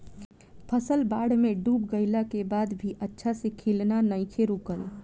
फसल बाढ़ में डूब गइला के बाद भी अच्छा से खिलना नइखे रुकल